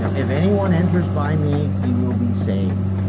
yeah if anyone enters by me, he will be saved,